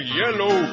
yellow